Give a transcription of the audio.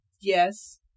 Yes